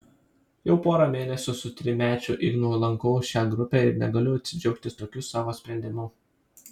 jau porą mėnesių su trimečiu ignu lankau šią grupę ir negaliu atsidžiaugti tokiu savo sprendimu